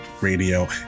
radio